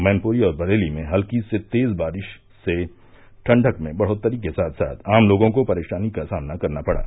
मैनपुरी और बरेली में हल्की से तेज़ बारिश से ठंडक में बढ़ोत्तरी के साथ साथ आम लोगों को परेशानी का सामना करना पड़ा